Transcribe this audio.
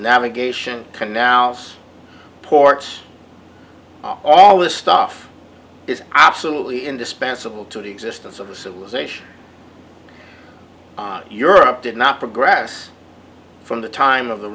navigation canals ports all this stuff is absolutely indispensable to the existence of a civilization europe did not progress from the time of the